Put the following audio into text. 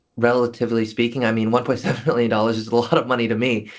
relatively speaking, i mean, one point seven million dollars is a lot of money to me.